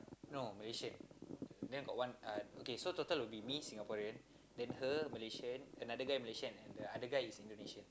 no Malaysian then got one uh okay so total will be me Singaporean then her Malaysian another guy Malaysian and the other guy is Indonesian